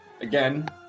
again